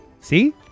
See